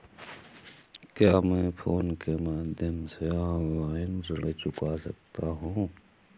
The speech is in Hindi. क्या मैं फोन पे के माध्यम से ऑनलाइन ऋण चुका सकता हूँ?